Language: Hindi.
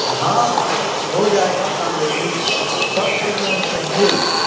हाँ हाँ हो जाएगा कमो बेशी कब तक चाहिए